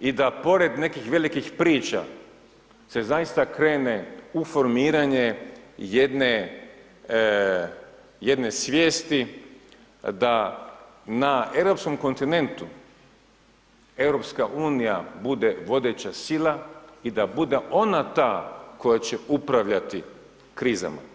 i da pored nekih velikih priča se zaista krene u formiranje jedne svijesti da na europskom kontinentu EU bude vodeća sila i da bude ona ta koja će upravljati krizama.